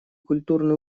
культурный